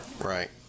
Right